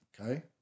okay